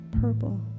purple